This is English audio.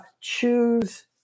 choose